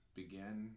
begin